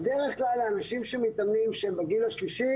בדרך כלל האנשים שמתאמנים שהם בגיל השלישי,